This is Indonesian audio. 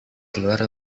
keluar